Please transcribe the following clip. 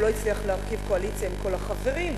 הוא לא הצליח להרכיב קואליציה עם כל החברים,